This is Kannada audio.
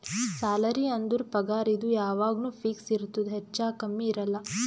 ಸ್ಯಾಲರಿ ಅಂದುರ್ ಪಗಾರ್ ಇದು ಯಾವಾಗ್ನು ಫಿಕ್ಸ್ ಇರ್ತುದ್ ಹೆಚ್ಚಾ ಕಮ್ಮಿ ಇರಲ್ಲ